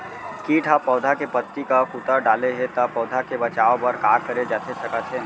किट ह पौधा के पत्ती का कुतर डाले हे ता पौधा के बचाओ बर का करे जाथे सकत हे?